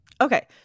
Okay